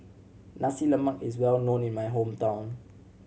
Nasi Lemak is well known in my hometown